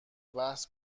بحث